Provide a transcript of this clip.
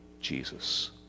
Jesus